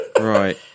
Right